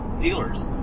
dealers